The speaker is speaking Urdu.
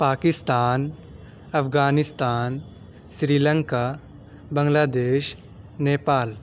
پاکستان افغانستان سریلنکا بنگلہ دیش نیپال